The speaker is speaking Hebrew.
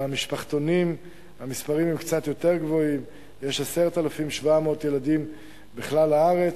במשפחתונים המספרים קצת יותר גבוהים: יש 10,700 ילדים בכלל הארץ,